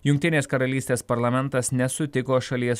jungtinės karalystės parlamentas nesutiko šalies